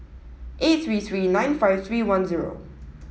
eight three three nine five three one zero